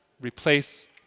Replace